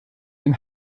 den